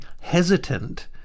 hesitant